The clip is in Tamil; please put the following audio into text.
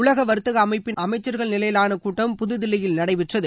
உலக வர்த்தக அமைப்பிள் அமைச்சர்கள் நிலையிலான கூட்டம் புதுதில்லியில் நடைபெற்றது